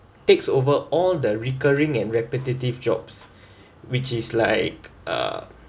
takes over all the recurring and repetitive jobs which is like uh